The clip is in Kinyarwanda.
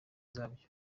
zabyo